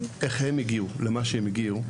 איך הם הגיעו למה שהם הגיעו,